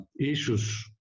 issues